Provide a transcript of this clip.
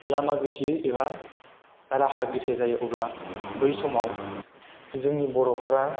लामा गोथेयो एबा राहा गोथे जायो अब्ला बै समाव जोंनि बर'फ्रा